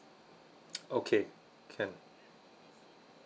okay can